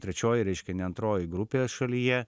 trečioji reiškia ne antroji grupė šalyje